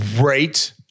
right